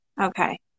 okay